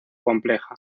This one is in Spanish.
compleja